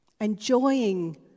enjoying